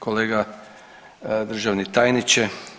Kolega državni tajniče.